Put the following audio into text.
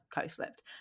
co-slept